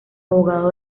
abogado